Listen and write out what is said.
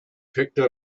picked